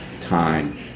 time